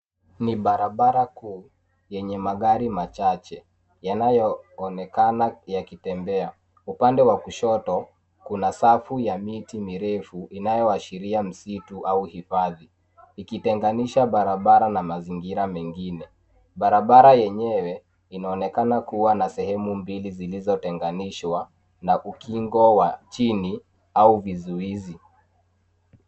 Ni barabara kuu yenye magari machache yanaonekana yakitembea. Upande wa kushoto kuna safu ya miti mirefu yanayoashiria msitu au hifadhi ,ikitenganisha barabara na mazingira mengine. Barabara yenyewe imeonekana kuwa na sehemu mbili zilizotenganishwa na ukingo wa chini au vizuizi.